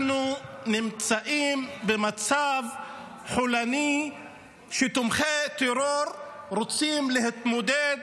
נמצאים במצב חולני שבו תומכי טרור רוצים להתמודד,